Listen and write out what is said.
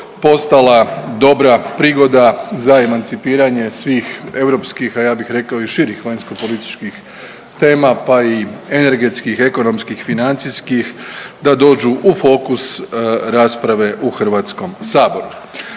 postala dobra prigoda za emancipiranje svih europskih, a ja bih rekao i širih vanjsko-političkih tema, pa i energetskih, ekonomskih, financijskih da dođu u fokus rasprave u Hrvatskom saboru.